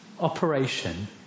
operation